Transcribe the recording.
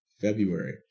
February